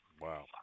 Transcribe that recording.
Wow